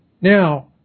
Now